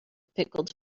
pickled